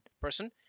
person